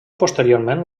posteriorment